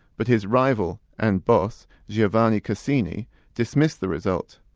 but his rival and boss, giovanni cassini dismissed the result.